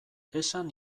esan